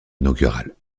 inaugurale